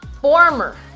Former